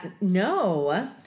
No